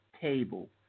table